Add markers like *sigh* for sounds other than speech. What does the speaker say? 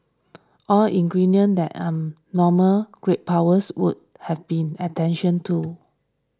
all ingredients that *hesitation* normal great powers would have been attention to